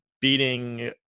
beating